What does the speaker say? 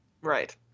Right